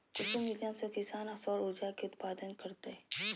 कुसुम योजना से किसान सौर ऊर्जा के उत्पादन करतय